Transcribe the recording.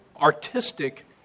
artistic